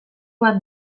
bat